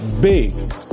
big